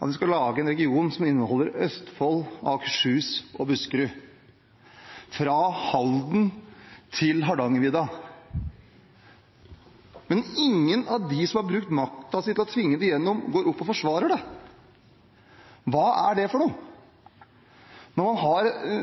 at en skal lage en region som inneholder Østfold, Akershus og Buskerud – fra Halden til Hardangervidda? Men ingen av dem som har brukt makten sin til å tvinge det igjennom, går opp og forsvarer det. Hva er det for noe? Nå har en